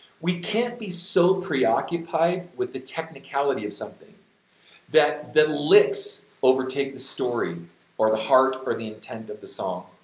we can't be so preoccupied with the technicality of something that the licks overtake the story or the heart or the intent of the song.